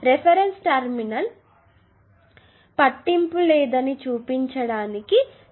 reference terminal పట్టింపు లేదని చూపించడానికి ఇవన్నీ చూపించాను